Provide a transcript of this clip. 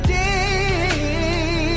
day